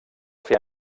fer